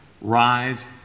rise